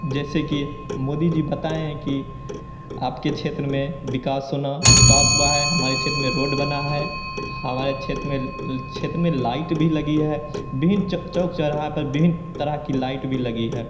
जैसे कि मोदी जी बताएँ है कि आपके क्षेत्र में विकास होना विकास उआ हमारे क्षेत्र में रोड बना है हमारे क्षेत्र में क्षेत्र में लाइट भी लगी है विभिन्न चौक चौराहे पर विभिन्न प्रकार की लाइट भी लगी है